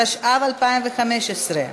התשע"ו 2015,